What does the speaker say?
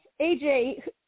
AJ